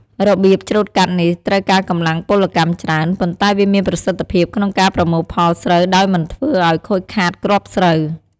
របៀបច្រូតកាត់នេះត្រូវការកម្លាំងពលកម្មច្រើន ប៉ុន្តែវាមានប្រសិទ្ធភាពក្នុងការប្រមូលផលស្រូវដោយមិនធ្វើឱ្យខូចខាតគ្រាប់ស្រូវ។